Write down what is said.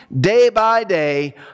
day-by-day